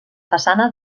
façana